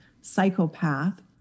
psychopath